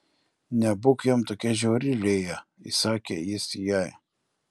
nebūk jam tokia žiauri lėja įsakė jis jai